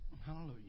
Hallelujah